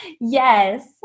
Yes